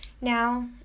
now